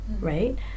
right